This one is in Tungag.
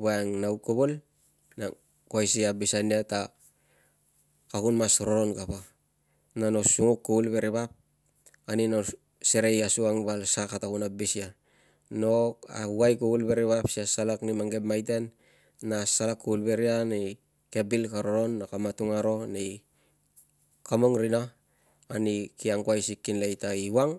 Voiangnau kuvul na kun abis ta ka kou mas rorou kapa na no sunguk kuvul veri vap ani no serei asukang val sa kata kun abis ai no auai kuvul veri vap si asalak ani mang, ke maitea na asalak kuvul ve ria ani bil ka roron kamung rina na iuang